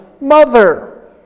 mother